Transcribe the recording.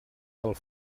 del